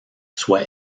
soit